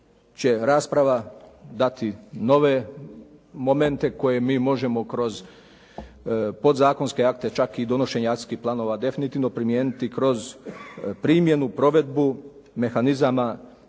će rasprava dati nove momente koje mi možemo kroz podzakonske akte čak i donošenje akcijskih planova definitivno primijeniti kroz primjenu, provedbu mehanizama